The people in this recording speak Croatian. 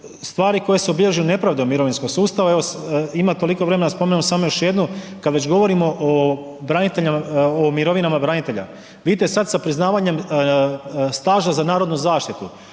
stvari koje su obilježene nepravdom u mirovinskom sustavu, imam toliko vremena, spominjem samo još jednu, kada već govorimo o mirovinama branitelja, vidite sada sa priznavanjem staža za narodnu zaštitu,